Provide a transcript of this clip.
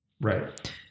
Right